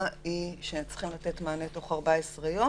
היא שהם צריכים לתת מענה בתוך 14 יום,